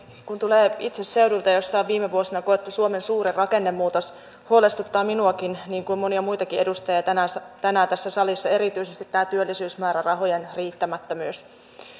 kun tulee itse seudulta missä on viime vuosina koettu suomen suurin rakennemuutos huolestuttaa minuakin niin kuin monia muitakin edustajia tänään tässä salissa erityisesti tämä työllisyysmäärärahojen riittämättömyys